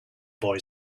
boy